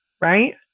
right